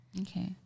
Okay